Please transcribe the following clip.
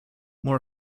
more